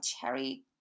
cherry